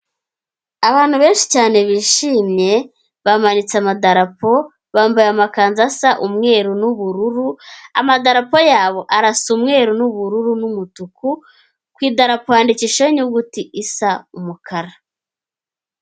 Abantu benshi cyane bishimye bamanitse amadarapo bambaye amakanzu asa umweru n'ubururu amadarapo yabo arasa umweru n'ubururu n'umutuku ku idarapo handikishijeho inyuguti isa umukara.